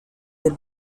del